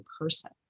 person